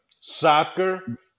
soccer